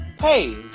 hey